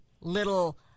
little